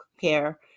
care